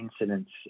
incidents